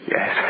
Yes